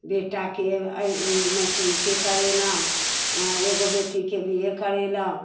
बेटाकेँ मैट्रिके करेलहुँ एगो बेटीकेँ बी ए करेलहुँ